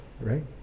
right